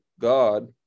God